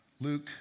Luke